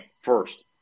first